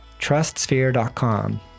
Trustsphere.com